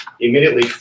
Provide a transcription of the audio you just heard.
Immediately